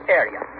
area